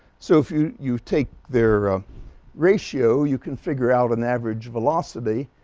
so if you you take their ratio you can figure out an average velocity.